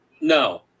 no